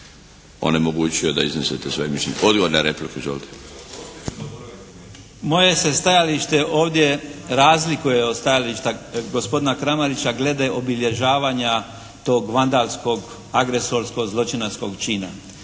onemogućio da iznesete svoje mišljenje. Odgovor na repliku. Izvolite. **Letica, Slaven (Nezavisni)** Moje se stajalište ovdje razlikuje od stajališta gospodina Kramarića glede obilježavanja tog vandalskog, agresorsko-zločinačkog čina.